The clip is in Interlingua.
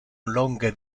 longe